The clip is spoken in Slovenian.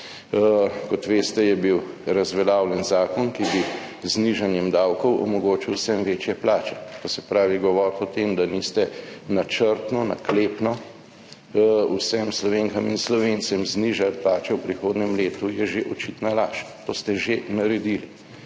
Kot veste, je bil razveljavljen zakon, ki bi z znižanjem davkov omogočil vsem večje plače. To se pravi, govoriti o tem, da niste načrtno, naklepno vsem Slovenkam in Slovencem znižali plače v prihodnjem letu je že očitna laž. To ste že naredili.